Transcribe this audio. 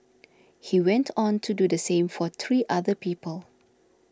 he went on to do the same for three other people